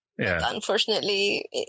Unfortunately